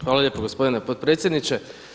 Hvala lijepo gospodine potpredsjedniče.